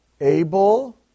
able